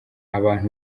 abantu